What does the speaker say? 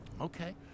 Okay